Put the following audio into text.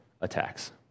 attacks